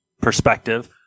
perspective